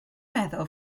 meddwl